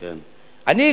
אני,